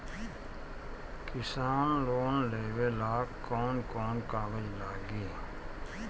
किसान लोन लेबे ला कौन कौन कागज लागि?